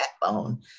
backbone